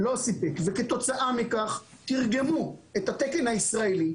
כתוצאה מכך תרגמו את התקן הישראלי,